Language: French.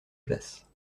place